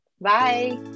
Bye